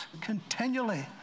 continually